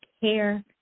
care